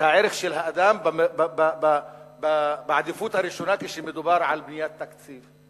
הערך של האדם בעדיפות הראשונה כשמדובר על בניית תקציב.